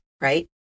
right